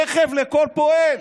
רכב לכל פועל.